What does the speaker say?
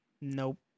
nope